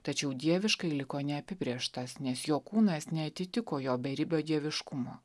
tačiau dieviškai liko neapibrėžtas nes jo kūnas neatitiko jo beribio dieviškumo